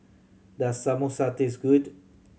does Samosa taste good